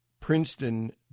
Princeton